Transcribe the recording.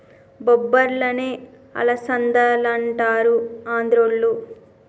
బొబ్బర్లనే అలసందలంటారు ఆంద్రోళ్ళు